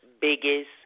biggest